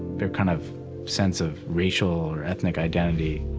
their kind of sense of racial or ethnic identity,